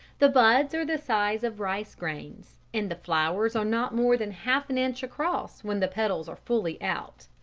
the buds are the size of rice grains, and the flowers are not more than half an inch across when the petals are fully out.